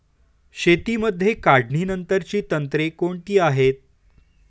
शेतीमध्ये काढणीनंतरची तंत्रे कोणती आहेत?